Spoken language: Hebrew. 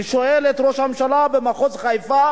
אני שואל את ראש הממשלה: במחוז חיפה